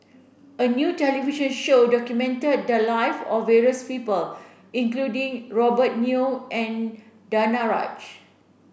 a new television show documented the live of various people including Robert Yeo and Danaraj